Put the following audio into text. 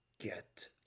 get